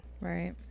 Right